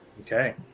Okay